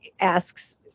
asks